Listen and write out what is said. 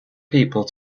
people